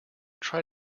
try